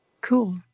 cool